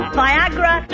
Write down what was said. viagra